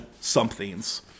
somethings